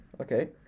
Okay